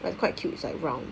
like quite cute sia round